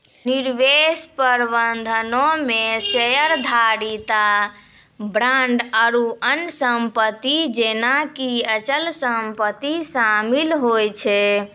निवेश प्रबंधनो मे शेयरधारिता, बांड आरु अन्य सम्पति जेना कि अचल सम्पति शामिल होय छै